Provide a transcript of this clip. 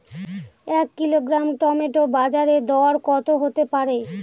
এক kilogram tomato বাজের দরকত হতে পারে?